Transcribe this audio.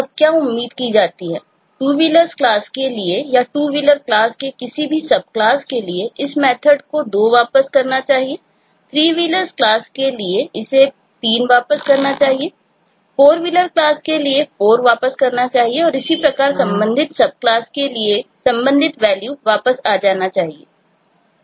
अब क्या उम्मीद की जाती है TwoWheelers क्लास के लिए या TwoWheelers क्लास के किसी भी सब क्लास के लिए इस मेथर्ड को 2 वापस करना चाहिएThreeWheelers क्लास के लिए इसे 3 वापस करना चाहिए FourWheelers क्लास के लिए 4 वापस करना चाहिए और इसी प्रकार संबंधित सब क्लास के लिए के लिए संबंधित वैल्यू वापस आ जाना चाहिए